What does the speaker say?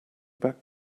back